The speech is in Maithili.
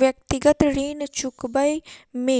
व्यक्तिगत ऋण चुकबै मे